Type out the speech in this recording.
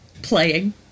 Playing